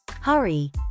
hurry